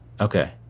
Okay